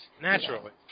Naturally